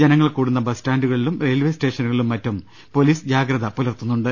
ജനങ്ങൾ കൂടുന്ന ബസ് സ്റ്റാന്റുകളിലും റെയിൽവെ സ്റ്റേഷനുകളിലും മറ്റും പൊലീസ് ജാഗ്രത പുലർത്തുന്നുണ്ട്